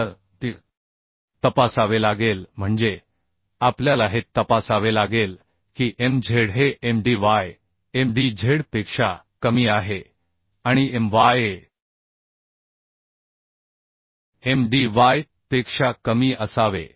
तर ते तपासावे लागेल म्हणजे आपल्याला हे तपासावे लागेल की Mz हे Mdy Mdz पेक्षा कमी आहे आणि My हे Mdy पेक्षा कमी असावे